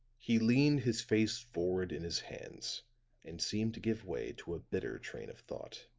he leaned his face forward in his hands and seemed to give way to a bitter train of thought.